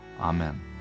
Amen